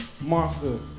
Monster